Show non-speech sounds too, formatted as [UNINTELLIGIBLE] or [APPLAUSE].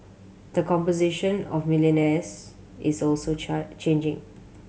the composition of millionaires is also [UNINTELLIGIBLE] changing